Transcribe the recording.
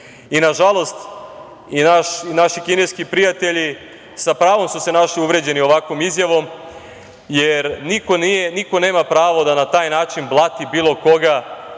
Nažalost, i naši kineski prijatelji sa pravom su se našili uvređeni ovakvom izjavom, jer niko nema pravo da na taj način blati bilo koga